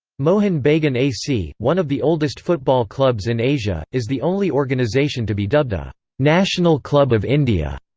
mohun bagan a c, one of the oldest football clubs in asia, is the only organisation to be dubbed a national club of india.